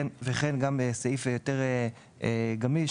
וכן גם בסעיף יותר גמיש,